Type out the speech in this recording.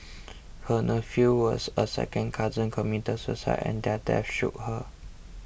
her nephew was a second cousin committed suicide and their deaths shook her